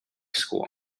school